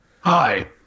Hi